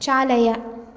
चालय